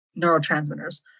neurotransmitters